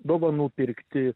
dovanų pirkti